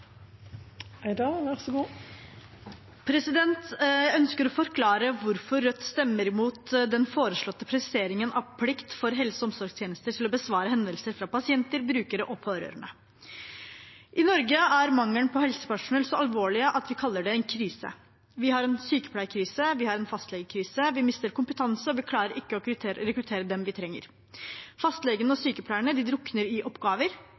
stemmer imot den foreslåtte presiseringen av plikt for helse- og omsorgstjenester til å besvare henvendelser fra pasienter, brukere og pårørende. I Norge er mangelen på helsepersonell så alvorlig at vi kaller det en krise. Vi har en sykepleierkrise, vi har en fastlegekrise, vi mister kompetanse, og vi klarer ikke å rekruttere dem vi trenger. Fastlegene og sykepleierne drukner i oppgaver.